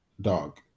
dog